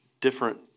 different